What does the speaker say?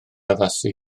addasu